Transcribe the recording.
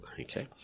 Okay